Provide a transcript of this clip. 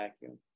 vacuum